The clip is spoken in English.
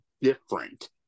different